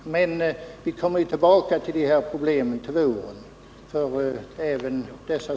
Men vi kommer att få tillfälle att diskutera de här frågorna till våren.